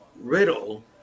Riddle